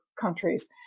countries